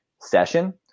session